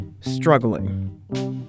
struggling